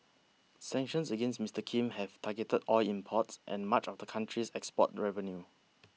sanctions against Mister Kim have targeted oil imports and much of the country's export revenue